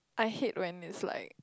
I hate when it's like